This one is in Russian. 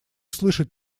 слышит